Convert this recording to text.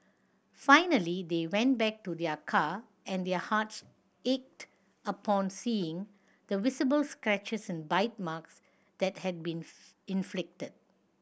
finally they went back to their car and their hearts ached upon seeing the visible scratches and bite marks that had been inflicted